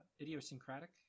idiosyncratic